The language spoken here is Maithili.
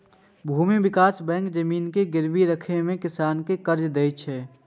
भूमि विकास बैंक जमीन के गिरवी राखि कें किसान कें कर्ज दै छै